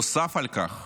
נוסף על כך,